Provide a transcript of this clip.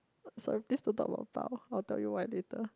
I'll tell you why later